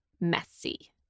messy